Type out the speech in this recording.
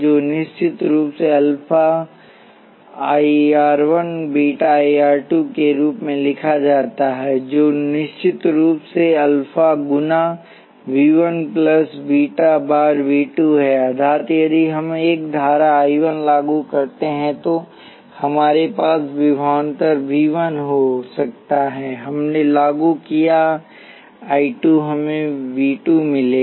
जो निश्चित रूप से alpha bar I 1 r beta bar I 2 R के रूप में लिखा जा सकता है जो निश्चित रूप से अल्फा गुना V 1 plus beta bar V 2 है अर्थात यदि हम एक धारा I 1 लागू करते हैं तो हमारे पास विभवांतर V 1 हो सकता है हमने लागू किया I 2 हमें वी 2 मिलेगा